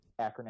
acronym